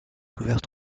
ouverte